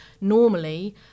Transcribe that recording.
normally